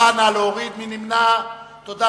מי נמנע?